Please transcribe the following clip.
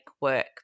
work